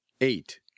Eight